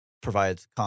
provides